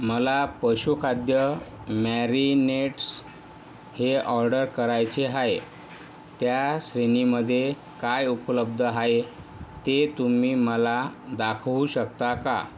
मला पशु खाद्य मॅरिनेट्स हे ऑर्डर करायचे आहे त्या श्रेणीमध्ये काय उपलब्ध आहे ते तुम्ही मला दाखवू शकता का